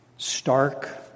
Stark